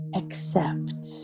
accept